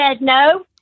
no